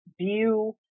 view